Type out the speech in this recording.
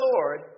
Lord